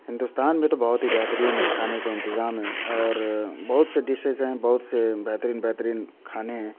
ہندوستان میں تو بہت ہی بہترین کھانے کے انتظام ہیں اور بہت سے ڈشیز ہیں بہت سے بہترین بہترین کھانے ہیں